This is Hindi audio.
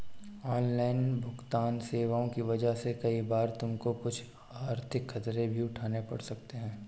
ऑनलाइन भुगतन्न सेवाओं की वजह से कई बार तुमको कुछ आर्थिक खतरे भी उठाने पड़ सकते हैं